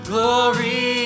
Glory